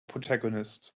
protagonist